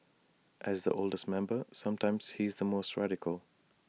as the oldest member sometimes he's the most radical